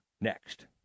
next